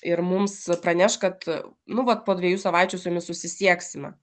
ir mums praneš kad nu vat po dviejų savaičių su jumis susisieksime